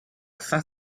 saint